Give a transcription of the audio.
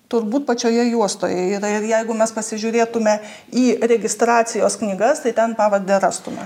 turbūt pačioje juostoje yra ir jeigu mes pasižiūrėtume į registracijos knygas tai ten pavardę rastume